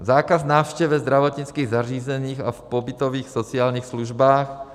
zákaz návštěv ve zdravotnických zařízeních a v pobytových sociálních službách,